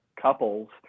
couples